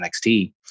NXT